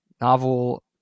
novel